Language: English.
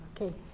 Okay